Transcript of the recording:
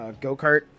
go-kart